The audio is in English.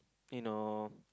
you know